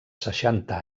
seixanta